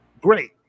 great